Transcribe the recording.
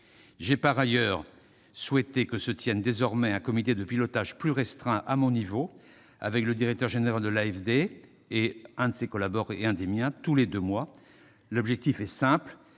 J'ai par ailleurs souhaité que se tienne désormais un comité de pilotage plus restreint à mon niveau, avec le directeur général de l'AFD et l'un de mes collaborateurs tous les deux mois. L'objectif est simple